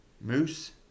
Moose